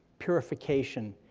purification,